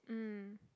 mm